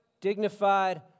dignified